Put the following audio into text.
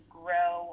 grow